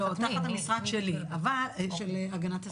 לא, תחת המשרד של הגנת הסביבה,